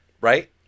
right